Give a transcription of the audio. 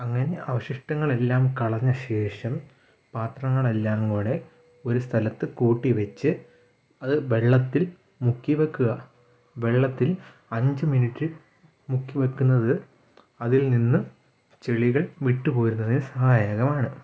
അങ്ങനെ അവശിഷ്ടങ്ങളെല്ലാം കളഞ്ഞ ശേഷം പാത്രങ്ങളെല്ലാം കൂടെ ഒരു സ്ഥലത്ത് കൂട്ടി വച്ച് അത് വെള്ളത്തിൽ മുക്കി വെക്കുക വെള്ളത്തിൽ അഞ്ച് മിനിറ്റ് മുക്കി വെക്കുന്നത് അതിൽ നിന്ന് ചെളികൾ വിട്ട് പോരുന്നതിന് സഹായകമാണ്